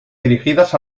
dirigidas